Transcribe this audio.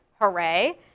hooray